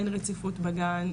אין רציפות בגן,